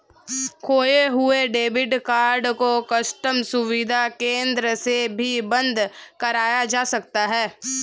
खोये हुए debit card को कस्टम सुविधा केंद्र से भी बंद कराया जा सकता है